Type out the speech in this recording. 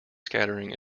scattering